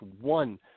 one